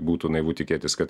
būtų naivu tikėtis kad